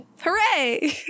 Hooray